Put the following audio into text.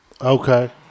Okay